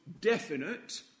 definite